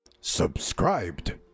Subscribed